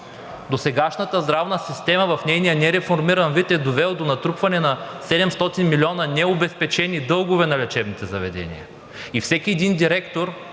Досегашната здравна система в нейния нереформиран вид е довела до натрупване на 700 милиона необезпечени дългове на лечебните заведения